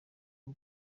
n’u